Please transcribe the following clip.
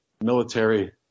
military